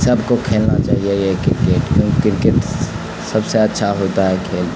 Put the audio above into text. سب کو کھیلنا چاہیے یہ کرکٹ کیوں کرکٹ سب سے اچھا ہوتا ہے کھیل